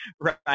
Right